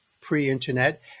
pre-internet